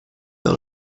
dans